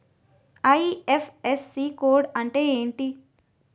IFSC code అంటే ఏంటి?